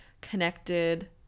connected